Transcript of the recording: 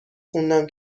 خوندم